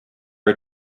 are